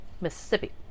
Mississippi